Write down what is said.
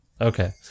okay